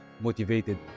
motivated